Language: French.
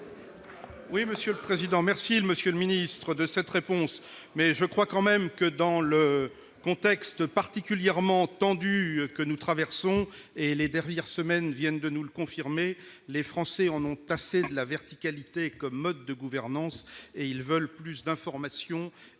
pour la réplique. Merci, monsieur le secrétaire d'État, de cette réponse, mais je crois quand même que, dans le contexte particulièrement tendu que nous traversons, et les dernières semaines viennent de nous le confirmer, les Français en ont assez de la verticalité comme mode de gouvernance. Ils veulent plus d'informations, de démocratie,